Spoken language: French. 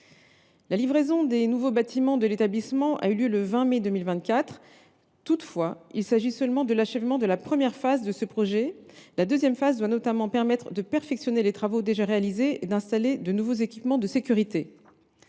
La livraison des nouveaux bâtiments de l’établissement a eu lieu le 20 mai 2024. Toutefois, il s’agit seulement de la première phase du projet. La seconde phase doit notamment permettre de perfectionner les travaux déjà réalisés et d’installer de nouveaux équipements de sécurité.